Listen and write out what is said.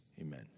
amen